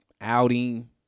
outing